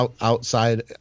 outside